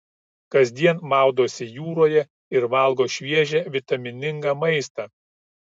kasdien maudosi jūroje ir valgo šviežią vitaminingą maistą